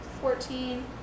fourteen